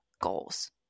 goals